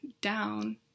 down